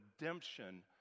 redemption